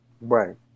Right